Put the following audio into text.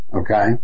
Okay